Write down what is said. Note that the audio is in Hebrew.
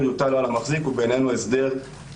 יוטל על המחזיק הוא בעינינו לא מאוזן.